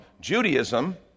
Judaism